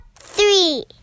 three